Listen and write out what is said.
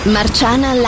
Marciana